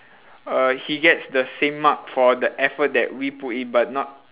uh he gets the same mark for the effort that we put in but not